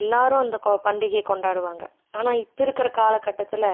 எல்லோரும் அந்த கொ பண்டிகையை கொண்டாடுவாங்க ஆனால் இப்போ இருக்கிற காலகட்டத்தில்